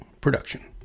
production